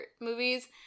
movies